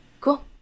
Cool